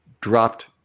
dropped